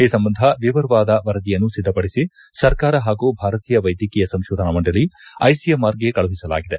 ಈ ಸಂಬಂಧ ವಿವರವಾದ ವರದಿಯನ್ನು ಸಿದ್ದಪಡಿಸಿ ಸರ್ಕಾರ ಹಾಗೂ ಭಾರತೀಯ ವೈದ್ಯಕೀಯ ಸಂಶೋಧನಾ ಮಂಡಳಿ ಐಸಿಎಂಆರ್ಗೆ ಕಳುಹಿಸಲಾಗಿದೆ